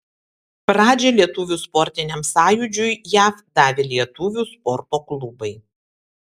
pradžią lietuvių sportiniam sąjūdžiui jav davė lietuvių sporto klubai